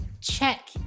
Check